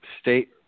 State